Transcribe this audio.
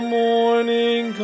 morning